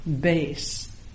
base